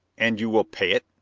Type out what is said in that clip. and you will pay it?